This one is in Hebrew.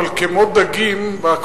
אבל זה נראה ככה כמו דגים באקווריום.